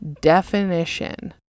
definition